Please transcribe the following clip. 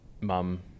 mum